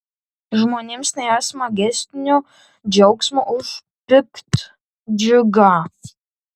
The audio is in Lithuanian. žmonėms nėra smagesnio džiaugsmo už piktdžiugą